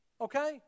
okay